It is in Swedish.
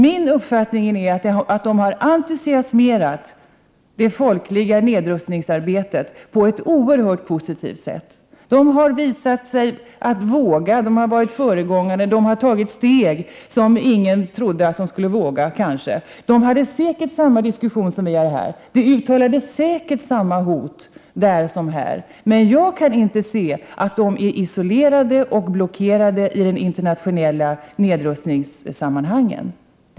Min uppfattning är att Nya Zeeland har entusiasmerat det folkliga nedrustningsarbetet på ett oerhört positivt sätt. Man har vågat, man har varit föregångare och tagit steg ingen trodde de skulle våga. Där hade man säkert samma diskussion som vi har här. Det uttalades säkert samma hot där som här. Men jag kan inte se att Nya Zeeland är isolerat och blockerat i de internationella nedrustningssammanhangen.